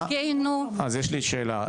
אז יש לי שאלה,